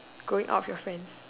going out with your friends